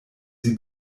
sie